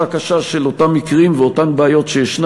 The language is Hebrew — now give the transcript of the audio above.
הקשה של אותם מקרים ואותן בעיות שיש,